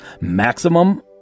Maximum